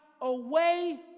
away